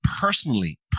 personally